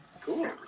cool